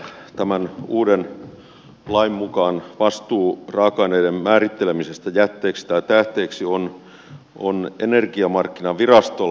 tämän uuden lain mukaan vastuu raaka aineiden määrittelemisestä jätteeksi tai tähteeksi on energiamarkkinavirastolla